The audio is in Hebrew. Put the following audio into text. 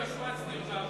אני לא השמצתי אותה.